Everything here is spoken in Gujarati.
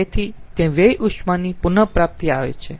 તેથી ત્યાં વ્યય ઉષ્માની પુન પ્રાપ્તિ આવે છે